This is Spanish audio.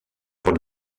por